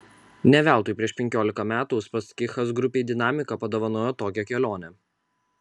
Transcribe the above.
ne veltui prieš penkiolika metų uspaskichas grupei dinamika padovanojo tokią kelionę